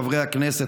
חברי הכנסת,